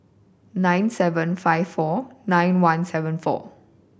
nine seven five four one nine seven four